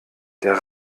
der